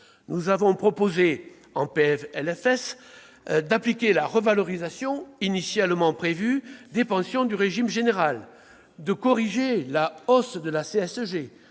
l'examen du PLFSS, d'appliquer la revalorisation initialement prévue des pensions du régime général, de corriger la hausse de la CSG